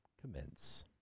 commence